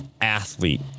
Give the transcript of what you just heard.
athlete